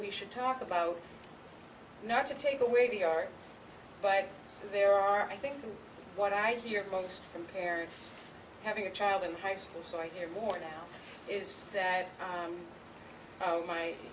we should talk about not to take away the arts but there are i think what i hear comes from parents having a child in high school so i hear more there is that oh my